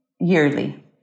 yearly